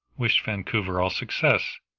wished vancouver all success,